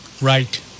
Right